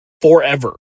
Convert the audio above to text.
forever